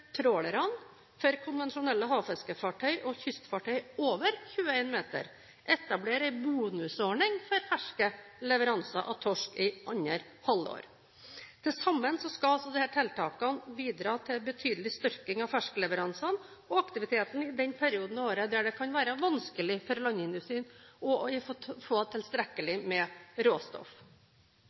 trålerne, for konvensjonelle havfiskefartøy og kystfartøy over 21 meter etablere en bonusordning for ferskleveranser av torsk i andre halvår. Til sammen skal disse tiltakene bidra til betydelig styrking av ferskleveransene og aktiviteten i den perioden av året da det kan være vanskelig for landindustrien å få tilstrekkelig med råstoff.